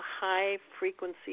high-frequency